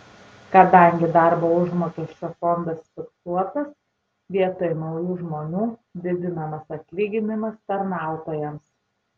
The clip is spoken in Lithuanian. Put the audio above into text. kadangi darbo užmokesčio fondas fiksuotas vietoj naujų žmonių didinamas atlyginimas tarnautojams